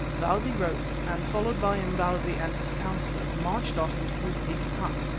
bausi rose, and followed by imbozwi and his councillors, marched off into his big hut.